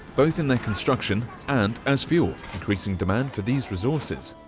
both in the construction and as fuel, increasing demand for these resources.